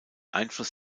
einfluss